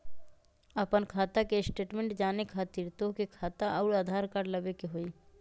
आपन खाता के स्टेटमेंट जाने खातिर तोहके खाता अऊर आधार कार्ड लबे के होइ?